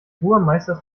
burmeisters